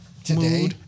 Today